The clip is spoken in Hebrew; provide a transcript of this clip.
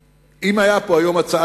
אם היתה כאן היום הצעת